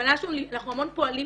הכוונה שלנו, אנחנו המון פועלים